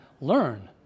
learn